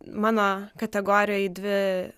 mano kategorijoje dvi